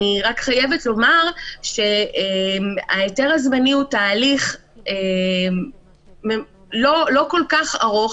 אני רק חייבת לומר שההיתר הזמני הוא תהליך לא כל כך ארוך,